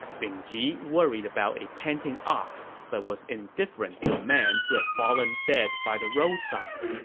bing ji worried about a panting ox but was indifferent to a man who had fallen dead by the roadside.